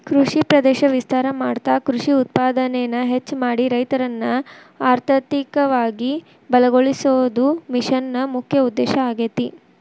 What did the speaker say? ಕೃಷಿ ಪ್ರದೇಶ ವಿಸ್ತಾರ ಮಾಡ್ತಾ ಕೃಷಿ ಉತ್ಪಾದನೆನ ಹೆಚ್ಚ ಮಾಡಿ ರೈತರನ್ನ ಅರ್ಥಧಿಕವಾಗಿ ಬಲಗೋಳಸೋದು ಮಿಷನ್ ನ ಮುಖ್ಯ ಉದ್ದೇಶ ಆಗೇತಿ